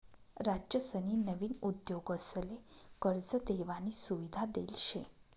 राज्यसनी नवीन उद्योगसले कर्ज देवानी सुविधा देल शे